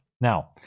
Now